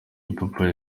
ipapayi